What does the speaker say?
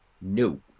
no